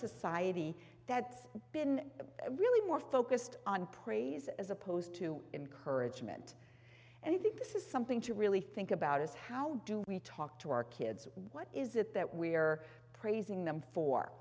society that's been really more focused on praise as opposed to encourage mint and i think this is something to really think about is how do we talk to our kids what is it that we are praising them for